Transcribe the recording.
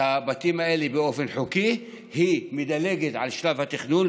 הבתים האלה באופן חוקי היא מדלגת על שלב התכנון,